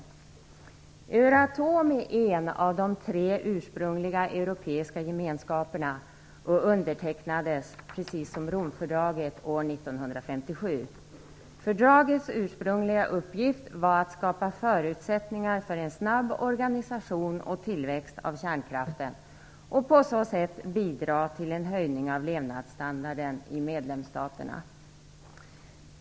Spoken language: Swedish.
Euratom är en av de tre ursprungliga europeiska gemenskaperna; Euratomfördraget undertecknades precis som Romfördraget år 1957. Fördragets ursprungliga uppgift var att skapa förutsättningar för en snabb organisation och tillväxt av kärnkraften och på så sätt bidra till en höjning av levnadsstandarden i medlemsstaterna.